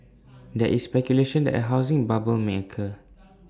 there is speculation that A housing bubble may occur